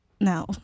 no